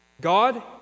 God